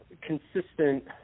consistent